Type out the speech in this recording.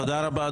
תודה רבה,